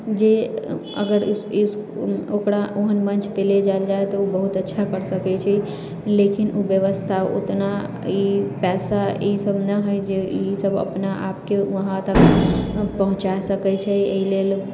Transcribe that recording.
जे अगर उस ओकरा ओहेन मञ्चपे ले जायल जाइ तऽ उ बहुत अच्छा करि सकै छै लेकिन उ व्यवस्था उतना ई पैसा ई सभ नहि है जे इसभ अपना आपके वहाँ तक पहुँचा सकै छै एहि लेल